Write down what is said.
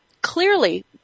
clearly